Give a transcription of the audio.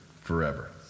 forever